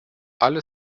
alle